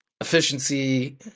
efficiency